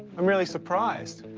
i'm really surprised.